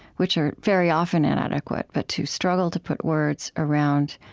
which are very often inadequate but to struggle to put words around